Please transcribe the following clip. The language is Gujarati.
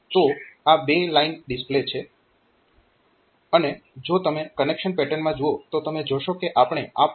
તો આ 2 લાઇન ડિસ્પ્લે છે અને જો તમે કનેક્શન પેટર્નમાં જુઓ તો તમે જોશો કે આપણે આ પોર્ટ P1